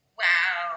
wow